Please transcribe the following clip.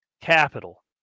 capital